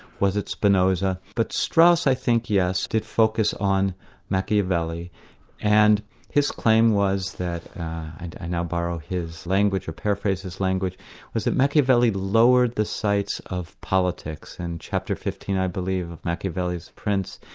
was it spinoza? but strauss i think, yes, did focus on machiavelli and his claim was that and i now borrow his language, paraphrase his language was that machiavelli lowered the sights of politics, and in chapter fifteen i believe, of machiavelli's prints,